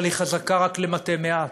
אבל היא חזקה רק למתי מעט,